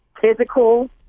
physical